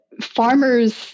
farmers